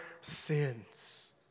sins